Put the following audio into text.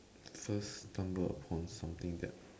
first stumble upon something that